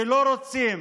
שלא רוצים,